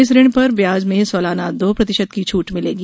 इस ऋण पर ब्याज में सालाना दो प्रतिशत की छूट मिलेगी